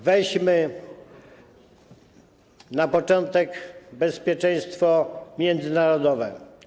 Weźmy na początek bezpieczeństwo międzynarodowe.